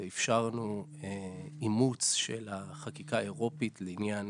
ואפשרנו אימוץ של החקיקה האירופית לעניין